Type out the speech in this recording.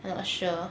I not sure